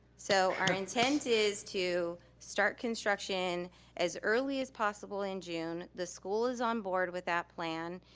so our intent is to start construction as early as possible in june. the school is on board with that plan,